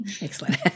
Excellent